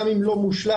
גם אם לא מושלם,